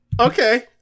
Okay